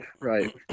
right